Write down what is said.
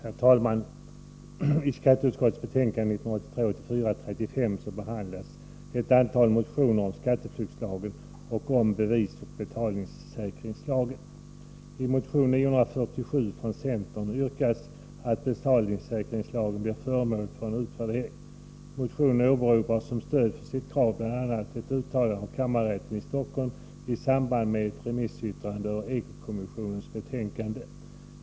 Herr talman! I skatteutskottets betänkande 35 behandlas ett antal motioner om skatteflyktslagen och om bevissäkringsoch betalningssäkringslagen. I motion 947 från centern yrkas att betalningssäkringslagen blir föremål för en utvärdering. Motionen åberopar som stöd för sitt krav bl.a. ett uttalande av kammarrätten i Stockholm i samband med ett remissyttrande över Eko-kommissionens betänkande.